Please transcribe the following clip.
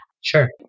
Sure